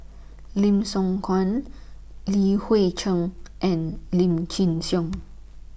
Lim Siong Guan Li Hui Cheng and Lim Chin Siong